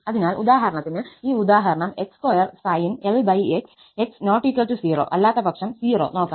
അതിനാൽ ഉദാഹരണത്തിന് ഈ ഉദാഹരണം x2sin 1 x x ≠ 0 അല്ലാത്തപക്ഷം 0 നോക്കാം